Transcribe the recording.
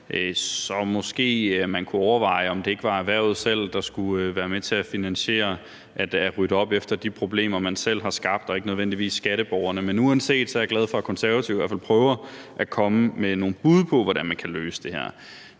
så måske, man kunne overveje, om det ikke var erhvervet selv, der skulle være med til at finansiere oprydningen efter de problemer, man selv har skabt, og ikke nødvendigvis skatteborgerne. Men uanset hvad er jeg glad for, at Konservative i hvert fald prøver at komme med nogle bud på, hvordan man kan løse det her.